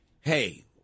hey